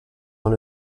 dans